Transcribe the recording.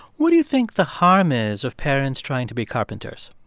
what do you think the harm is of parents trying to be carpenters?